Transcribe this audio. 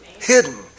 Hidden